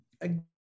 again